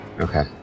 Okay